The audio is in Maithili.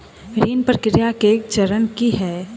ऋण प्रक्रिया केँ चरण की है?